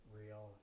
real